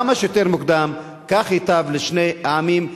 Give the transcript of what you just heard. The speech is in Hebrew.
כמה שיותר מוקדם, כך ייטב לשני העמים.